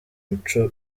muco